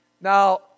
Now